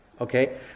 Okay